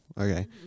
Okay